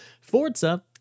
Forza